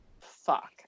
fuck